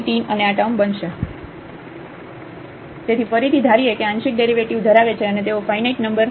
તેથી ફરીથી ધારીએ કે આ આંશિક ડેરિવેટિવ ધરાવે છે અને તેઓ ફાઇનાઇટ નંબર છે